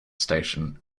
station